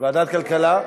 ועדת כלכלה.